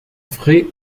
frais